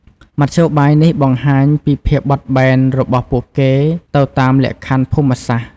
មធ្យោបាយនេះបង្ហាញពីភាពបត់បែនរបស់ពួកគេទៅតាមលក្ខខណ្ឌភូមិសាស្ត្រ។